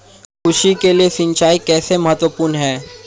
कृषि के लिए सिंचाई कैसे महत्वपूर्ण है?